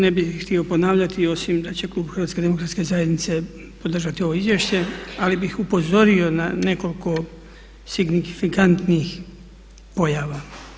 Ne bi htio ponavljati osim da će klub HDZ-a podržati ovo izvješće, ali bih upozorio na nekoliko signifikantnih pojava.